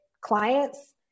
clients